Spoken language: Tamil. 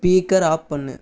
ஸ்பீக்கர் ஆஃப் பண்ணு